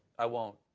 i won't.